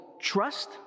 trust